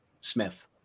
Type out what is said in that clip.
Smith